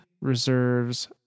reserves